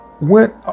went